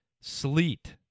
sleet